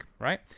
right